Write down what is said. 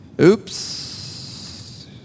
oops